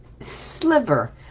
sliver